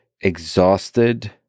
exhausted